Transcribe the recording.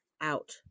out